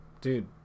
Dude